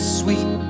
sweet